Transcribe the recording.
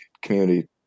community